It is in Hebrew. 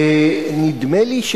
נדמה לי,